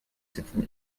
sitzen